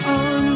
on